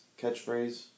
catchphrase